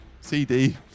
CD